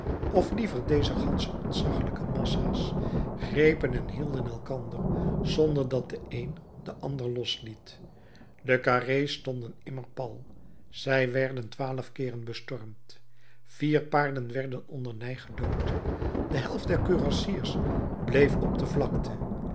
of liever deze gansche ontzaglijke massa's grepen en hielden elkander zonder dat de een den ander losliet de carré's stonden immer pal zij werden twaalf keeren bestormd vier paarden werden onder ney gedood de helft der kurassiers bleef op de vlakte